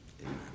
Amen